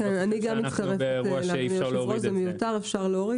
מצטרפת ליושב-ראש שזה מיותר, אפשר להוריד.